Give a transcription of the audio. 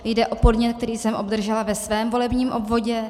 Jde o podnět, který jsem obdržela ve svém volebním obvodě.